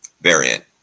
variant